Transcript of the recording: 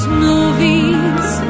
movies